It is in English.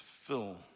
fill